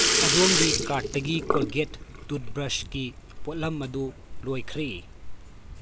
ꯑꯗꯣꯝꯒꯤ ꯀꯥꯔ꯭ꯗꯇꯒꯤ ꯀꯣꯜꯒꯦꯠ ꯇꯨꯠꯕ꯭ꯔꯁꯀꯤ ꯄꯣꯠꯂꯝ ꯑꯗꯨ ꯂꯣꯏꯈ꯭ꯔꯦ